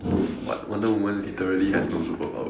what Wonder Woman literally has no superpowers